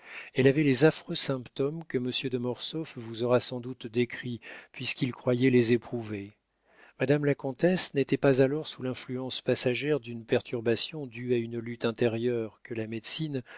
elle avait les affreux symptômes que monsieur de mortsauf vous aura sans doute décrits puisqu'il croyait les éprouver madame la comtesse n'était pas alors sous l'influence passagère d'une perturbation due à une lutte intérieure que la médecine